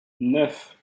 neuf